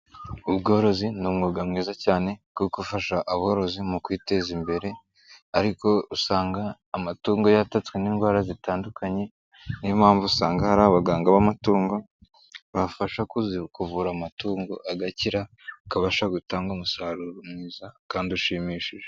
Ubworozi ni umwuga mwiza cyane wo gufasha aborozi mu kwiteza imbere ariko usanga amatungo yatatswe n'indwara zitandukanye. Niyo mpamvu usanga hari abaganga b'amatungo bafasha kuvura amatungo agakira, akabasha gutanga umusaruro mwiza kandi ushimishije.